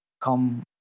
come